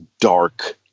dark